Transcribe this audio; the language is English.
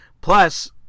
Plus